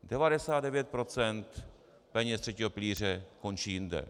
99 % peněz ze třetího pilíře končí jinde.